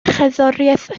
cherddoriaeth